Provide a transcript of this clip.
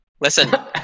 Listen